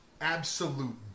Absolute